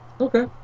Okay